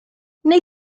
wnei